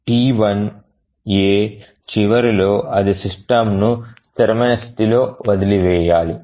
T1 a చివరిలో అది system ను స్థిరమైన స్థితితో వదిలివేయాలి